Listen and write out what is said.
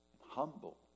humble